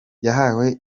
yahawe